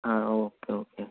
હા okay okay